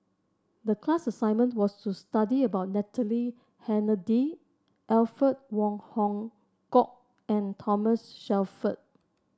the class assignment was to study about Natalie Hennedige Alfred Wong Hong Kwok and Thomas Shelford